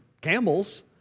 camels